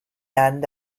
end